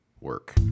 work